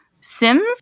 Sims